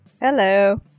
Hello